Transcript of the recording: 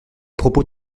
propos